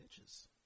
bitches